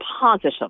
positive